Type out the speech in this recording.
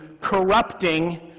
corrupting